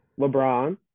LeBron